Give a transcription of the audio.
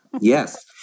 Yes